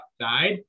outside